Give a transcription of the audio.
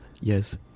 yes